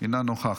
אינה נוכחת.